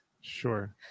Sure